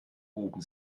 oben